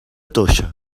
toixa